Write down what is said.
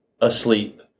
asleep